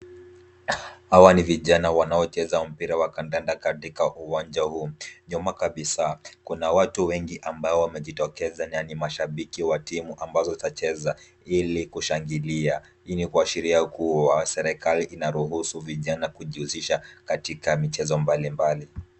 Hawa ni vijana wanaocheza mpira wakandanda katika uwanja huu. Nyuma kabisa. Kuna watu wengi ambao wamejitokeza ndani mashabiki wa timu ambazo zacheza. Ili kushangilia. Hii ni kwa sheria kuu wa serikali inaruhusu vijana kujiuzisha katika michezo mbalimbali.